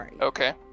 Okay